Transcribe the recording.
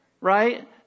right